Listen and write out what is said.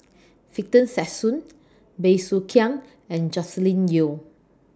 Victor Sassoon Bey Soo Khiang and Joscelin Yeo